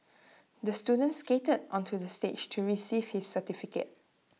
the student skated onto the stage to receive his certificate